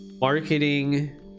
marketing